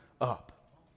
up